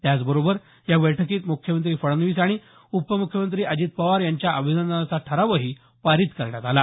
त्याचबरोबर या बैठकीत मुख्यमंत्री फडणवीस आणि उपमुख्यमंत्री अजित पवार यांच्या अभिनंदनाचा ठराव पारित करण्यात आला